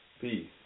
peace